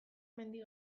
mendi